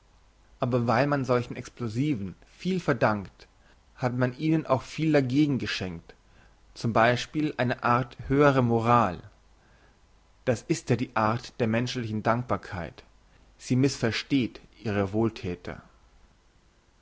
aber weil man solchen explosiven viel verdankt hat man ihnen auch viel dagegen geschenkt zum beispiel eine art höherer moral das ist ja die art der menschlichen dankbarkeit sie missversteht ihre wohlthäter